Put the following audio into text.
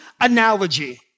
analogy